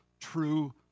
true